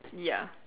ya